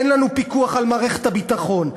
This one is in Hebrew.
אין לנו פיקוח על מערכת הביטחון,